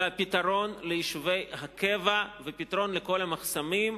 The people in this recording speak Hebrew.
וכן הפתרון ליישובי הקבע ופתרון לכל המחסומים.